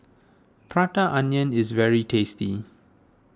Prata Onion is very tasty